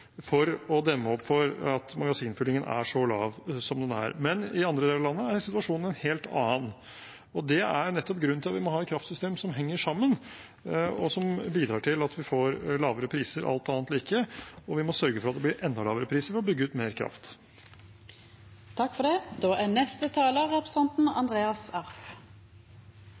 for å demme opp for at magasinfyllingen er så lav som den er. Men i andre deler av landet er situasjonen en helt annen, og det er nettopp grunnen til at vi må ha et kraftsystem som henger sammen, og som bidrar til at vi får lavere priser alt annet like, og vi må sørge for at det blir enda lavere priser ved å bygge ut mer kraft. I debatten langt har noen representanter vært inne på det